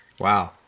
wow